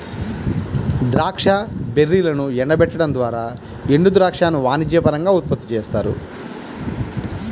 ద్రాక్ష బెర్రీలను ఎండబెట్టడం ద్వారా ఎండుద్రాక్షను వాణిజ్యపరంగా ఉత్పత్తి చేస్తారు